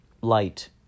Light